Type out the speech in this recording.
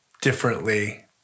differently